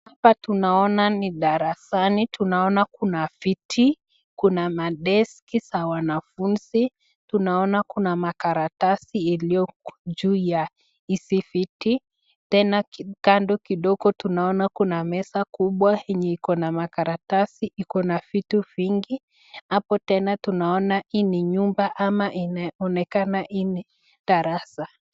Hapa tunaona ni darasani, tunaona kuna viti, kuna madeski za wanafunzi, tunaona kuna makaratasi iliyo juu ya hizi viti. Tena kando kidogo tunaona kuna meza kubwa enye iko na makaratasi, iko na vitu vingi. Hapo tena tunaona hii nyumba ama imeonekana hii ni darasa.